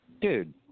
Dude